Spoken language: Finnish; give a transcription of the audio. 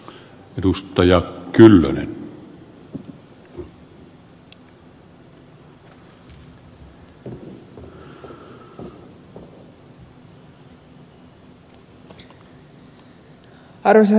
arvoisa herra puhemies